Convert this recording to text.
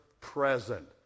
present